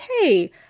hey